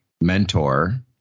mentor